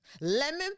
Lemon